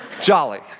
Jolly